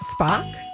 Spock